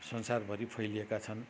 संसारभरि फैलिएका छन्